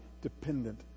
dependent